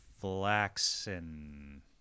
Flaxen